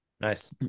Nice